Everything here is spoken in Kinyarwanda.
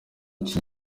iki